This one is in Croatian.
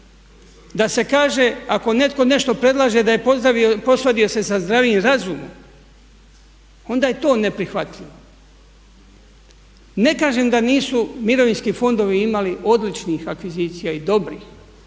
da se kaže ako netko nešto predlaže da je posvadio se sa zdravim razumom onda je to neprihvatljivo. Ne kažem da nisu mirovinski fondovi imali odličnih akvizicija i dobrih